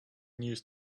news